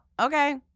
okay